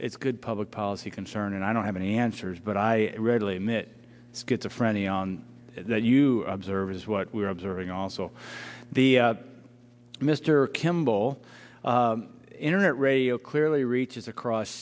it's good public policy concern and i don't have any answers but i readily admit schizophrenia that you observe is what we are observing also the mr kimball internet radio clearly reaches across